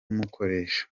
umukoresha